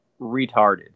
retarded